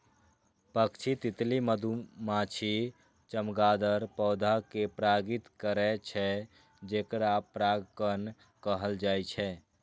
पक्षी, तितली, मधुमाछी, चमगादड़ पौधा कें परागित करै छै, जेकरा परागणक कहल जाइ छै